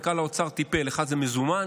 מנכ"ל האוצר טיפל: זה מזומן,